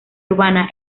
urbana